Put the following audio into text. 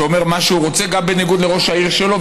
שאומר מה שהוא רוצה גם בניגוד לראש העיר שלו,